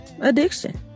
addiction